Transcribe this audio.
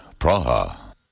Praha